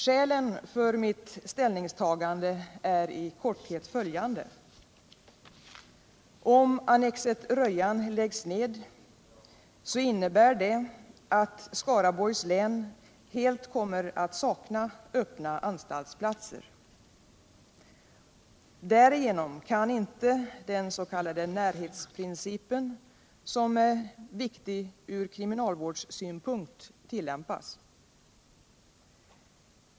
Skälen för mitt ställningstagande är i korthet följande: Ett beslut att lägga ned Rödjan innebär att Skaraborgs län helt kommer att sakna öppna anstalter. Därigenom kan den s.k. närhetsprincipen, som anses viktig från kriminalvårdssynpunkt, inte tillämpas.